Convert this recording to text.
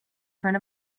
front